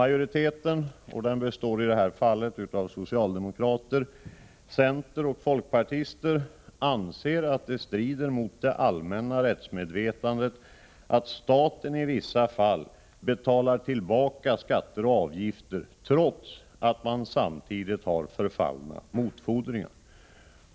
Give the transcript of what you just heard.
Majoriteten, och den består i detta fall av socialdemokrater, centerpartister och folkpartister, anser att det strider mot det allmänna rättsmedvetandet att staten i vissa fall betalar tillbaka skatter och avgifter trots att man samtidigt har förfallna motfordringar.